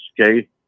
okay